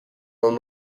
known